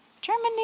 Germany